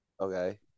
Okay